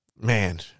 Man